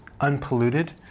unpolluted